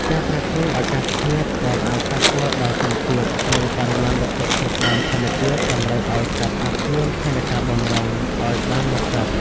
ការប្រែប្រួលអាកាសធាតុដែលអាចប៉ះពាល់ដល់គុណភាព និងបរិមាណវត្ថុធាតុដើមធម្មជាតិ តម្រូវឱ្យ Startup មានផែនការបម្រុង ឱ្យបានហ្មត់ចត់។